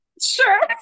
sure